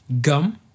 Gum